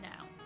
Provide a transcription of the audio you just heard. now